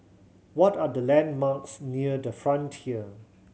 what are the landmarks near The Frontier